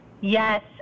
Yes